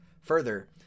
Further